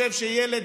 זה לא יכול להיות,